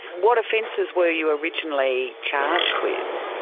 what offences were you originally charged with?